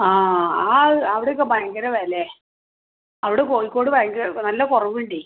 ആ ആ അവിടൊക്കെ ഭയങ്കര വില അവിടെ കോഴിക്കോട് ഭയങ്കര നല്ല കുറവുണ്ടേ